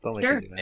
Sure